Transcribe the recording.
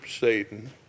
Satan